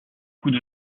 coups